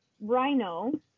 Rhino